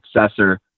successor